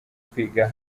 kwiga